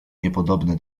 niepodobne